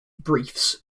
briefs